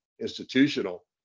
institutional